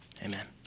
Amen